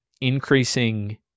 increasing